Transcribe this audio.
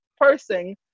person